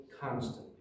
constantly